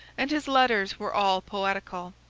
and his letters were all poetical.